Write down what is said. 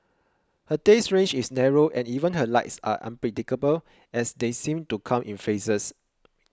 her taste range is narrow and even her likes are unpredictable as they seem to come in phases